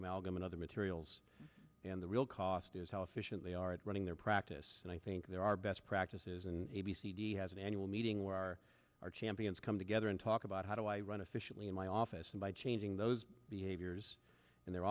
album and other materials and the real cost is how efficiently are at running their practice and i think they're our best practices and a b c has an annual meeting where are our champions come together and talk about how do i run efficiently in my office and by changing those behaviors in their